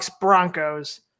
Broncos